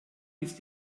ist